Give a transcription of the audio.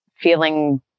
feeling